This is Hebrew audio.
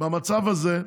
במצב הזה,